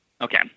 Okay